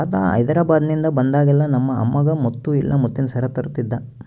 ತಾತ ಹೈದೆರಾಬಾದ್ನಿಂದ ಬಂದಾಗೆಲ್ಲ ನಮ್ಮ ಅಮ್ಮಗ ಮುತ್ತು ಇಲ್ಲ ಮುತ್ತಿನ ಸರ ತರುತ್ತಿದ್ದ